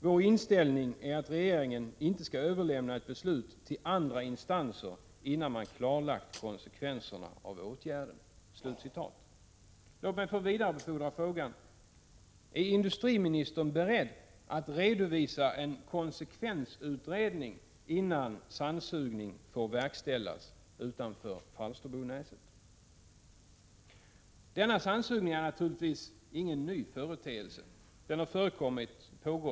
Vår inställning är att regeringen inte skall överlämna ett beslut till andra instanser, innan man klarlagt konsekvenserna av åtgärden.” Låt mig få vidarebefordra frågan: Är industriministern beredd att redovisa en konsekvensutredning innan sandsugning får verkställas utanför Falsterbonäset? Denna sandsugning är ingen ny företeelse. Den har pågått i många år. — Prot.